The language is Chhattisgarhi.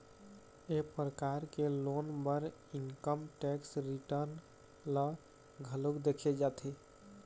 ए परकार के लोन बर इनकम टेक्स रिटर्न ल घलोक देखे जाथे